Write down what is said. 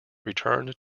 returned